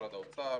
משרד האוצר,